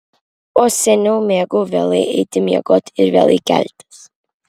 o seniau mėgau vėlai eiti miegoti ir vėlai keltis